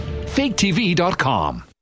FakeTV.com